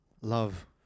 Love